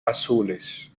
azules